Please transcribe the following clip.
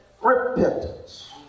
repentance